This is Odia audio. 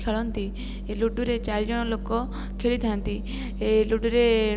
ଖେଳନ୍ତି ଏହି ଲୁଡ଼ୁରେ ଚାରିଜଣ ଲୋକ ଖେଳିଥାନ୍ତି ଏହି ଲୁଡ଼ୁରେ